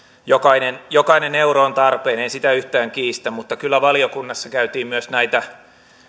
jokainen jokainen euro on tarpeen en sitä yhtään kiistä mutta kyllä valiokunnassa käytiin myös näitä